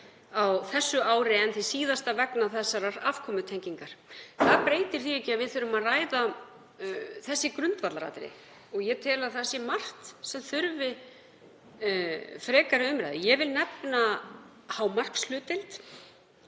á þessu ári en því síðasta vegna þessarar afkomutengingar. Það breytir því ekki að við þurfum að ræða þessi grundvallaratriði og ég tel að það sé margt sem þurfi frekari umræðu. Ég vil nefna hámarkshlutdeild